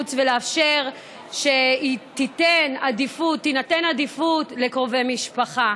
האימוץ ולאפשר שתינתן עדיפות לקרובי משפחה.